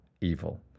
evil